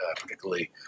particularly